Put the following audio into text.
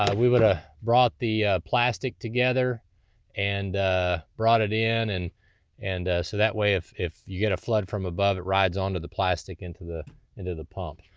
we woulda brought the plastic together and brought it in and and so that way if if you get a flood from above it rides onto the plastic into the into the pump.